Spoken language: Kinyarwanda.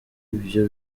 ivyo